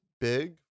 big